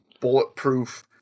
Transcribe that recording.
bulletproof